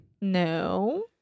No